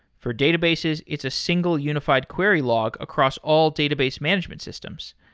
for databases, it's a single unified query log across all database management systems.